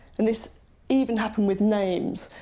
and this even happened with names.